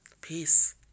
Peace